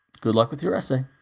good luck with your essay!